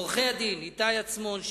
עורכי-הדין איתי עצמון,